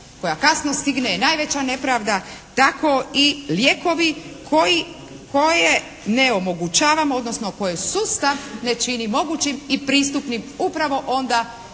koja kasno stigne je najveća nepravda. Tako i lijekovi koje ne omogućava, odnosno koje sustav ne čini mogućim i pristupnim upravo onda